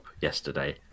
yesterday